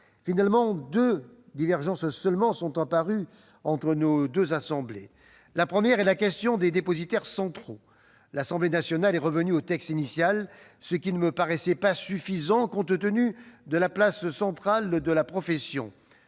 seules deux divergences sont apparues entre nos assemblées La première concerne la problématique des dépositaires centraux. L'Assemblée nationale est revenue au texte initial, ce qui ne me paraissait pas suffisant compte tenu de la place centrale de la profession.